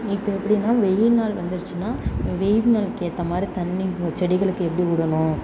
இப்போ எப்படின்னா வெயில் நாள் வந்துருச்சின்னால் வெயில் நாளுக்கு ஏற்ற மாதிரி தண்ணி செடிகளுக்கு எப்படி விடணும்